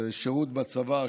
זה שירות בצבא,